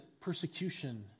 persecution